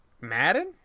Madden